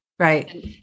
Right